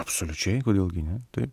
absoliučiai kodėl gi ne taip